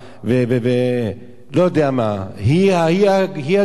לא יודע מה, היא הגורם.